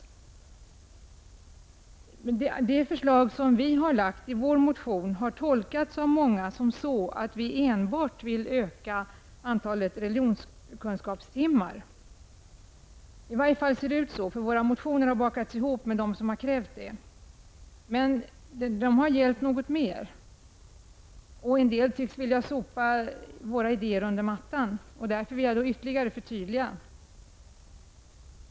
Många har dock tolkat de förslag som vi har lagt fram genom åren som om det gällde att öka timantalet för religionskunskap. I varje fall har våra motioner bakats ihop med de motioner som har haft detta krav. Men våra motioner har gällt något mer, och detta tycks en del vilja sopa under mattan. Därför vill jag ytterligare förtydliga.